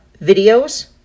videos